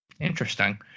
Interesting